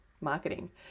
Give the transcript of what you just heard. marketing